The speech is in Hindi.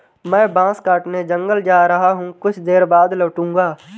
मैं बांस काटने जंगल जा रहा हूं, कुछ देर बाद लौटूंगा